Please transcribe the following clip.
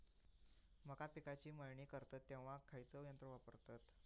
मका पिकाची मळणी करतत तेव्हा खैयचो यंत्र वापरतत?